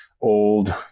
old